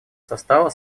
состава